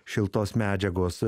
šiltos medžiagos